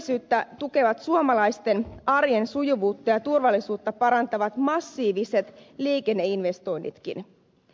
työllisyyttä tukevat suomalaisten arjen sujuvuutta ja turvallisuutta parantavat massiiviset liikenneinvestoinnitkin